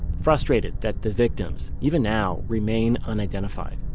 frustrated that the victims, even now, remain unidentified